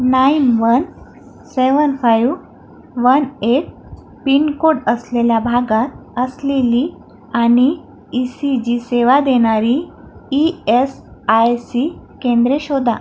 nine one seven five one eight pincode असलेल्या भागात असलेली आणि ई सी जी सेवा देणारी ई एस आय सी केंद्रे शोधा